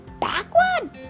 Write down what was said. backward